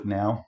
now